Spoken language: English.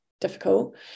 difficult